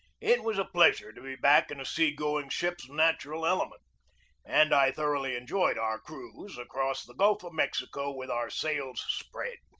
it was a pleasure to be back in a sea-going ship's natural element and i thor oughly enjoyed our cruise across the gulf of mexico with our sails spread.